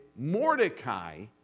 Mordecai